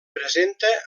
presenta